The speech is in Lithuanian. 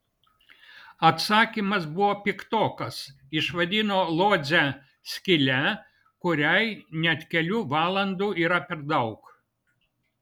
atsakymas buvo piktokas išvadino lodzę skyle kuriai net kelių valandų yra per daug